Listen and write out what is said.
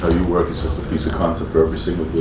your work it's just a piece of concept for every single.